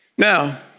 Now